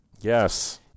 Yes